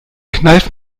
kneif